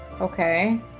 Okay